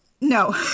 No